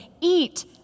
eat